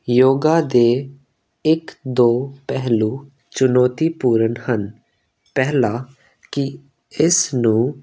ਯੋਗਾ ਦੇ ਇੱਕ ਦੋ ਪਹਿਲੂ ਚੁਣੌਤੀਪੂਰਨ ਹਨ ਪਹਿਲਾ ਕਿ ਇਸ ਨੂੰ